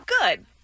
Good